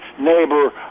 neighbor